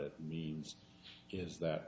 it means is that